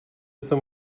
jsem